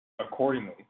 Accordingly